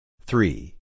Three